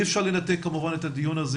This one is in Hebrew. אי אפשר כמובן לנתק את הדיון הזה